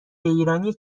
ایرانی